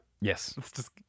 Yes